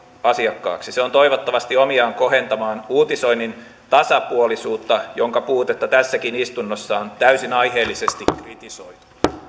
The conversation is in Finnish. asiakkaaksi se on toivottavasti omiaan kohentamaan uutisoinnin tasapuolisuutta jonka puutetta tässäkin istunnossa on täysin aiheellisesti kritisoitu